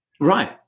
Right